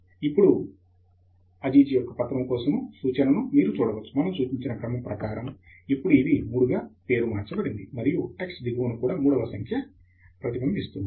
ఇప్పుడు అజీజ్ యొక్క పత్రము కోసము సూచనను మీరు చూడవచ్చు మనము సూచించిన క్రమం ప్రకారం ఇప్పుడు ఇది 3 గా పేరు మార్చబడింది మరియు టెక్స్ట్ దిగువన కూడా 3 వ సంఖ్య ప్రతిబింబిస్తుంది